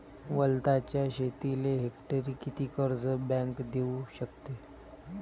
वलताच्या शेतीले हेक्टरी किती कर्ज बँक देऊ शकते?